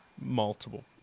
Multiple